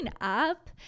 up